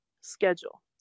schedule